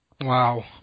Wow